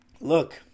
Look